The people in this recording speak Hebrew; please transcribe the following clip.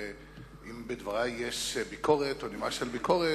ואם בדברי יש ביקורת או נימה של ביקורת,